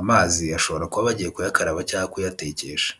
amazi bashobora kuba bagiye kuyakaraba cyangwa kuyatekesha.